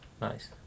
nice